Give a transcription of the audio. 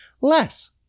less